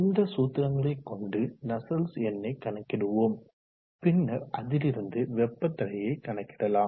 இந்த சூத்திரங்களை கொண்டு நஸ்சல்ட்ஸ் எண்ணை கணக்கிடுவோம் பின்னர் அதிலிருந்து வெப்ப தடையை கணக்கிடலாம்